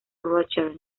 rocher